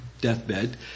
deathbed